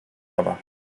other